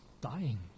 dying